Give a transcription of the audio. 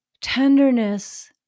tenderness